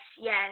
yes